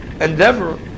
endeavor